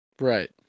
Right